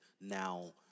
Now